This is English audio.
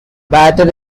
batter